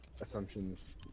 assumptions